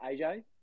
AJ